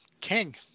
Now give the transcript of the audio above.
king